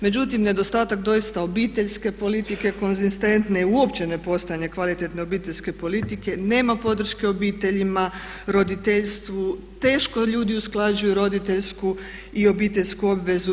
Međutim, nedostatak doista obiteljske politike konzistentne i uopće nepostojanje kvalitetne obiteljske politike nema podrške obiteljima, roditeljstvu, teško ljudi usklađuju roditeljsku i obiteljsku obvezu.